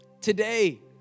Today